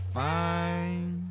fine